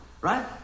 Right